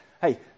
Hey